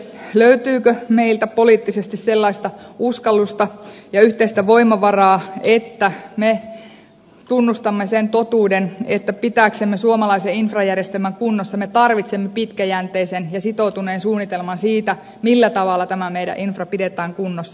löytyykö meiltä poliittisesti sellaista uskallusta ja yhteistä voimavaraa että me tunnustamme sen totuuden että pitääksemme suomalaisen infrajärjestelmän kunnossa me tarvitsemme pitkäjänteisen ja sitoutuneen suunnitelman siitä millä tavalla tämä meidän infra pidetään kunnossa